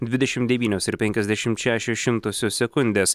dvidešimt devynios ir penkiasdešimt šešios šimtosios sekundės